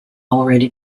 already